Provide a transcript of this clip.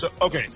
Okay